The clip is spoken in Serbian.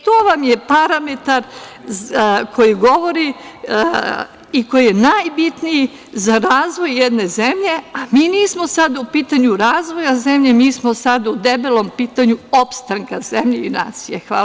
To vam je parametar koji govori i koji je najbitniji za razvoj jedne zemlje, a mi nismo sada u pitanju razvoja zemlje, mi smo sada u debelom pitanju opstanka zemlje i nacije.